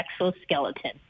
exoskeleton